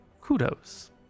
Kudos